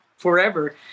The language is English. forever